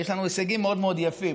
יש לנו הישגים מאוד מאוד יפים.